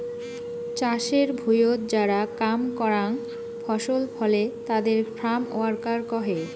চাষের ভুঁইয়ত যারা কাম করাং ফসল ফলে তাদের ফার্ম ওয়ার্কার কহে